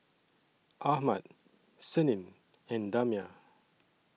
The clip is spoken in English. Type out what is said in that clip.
Ahmad Senin and Damia